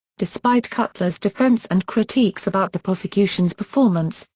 despite cutler's defense and critiques about the prosecution's performance,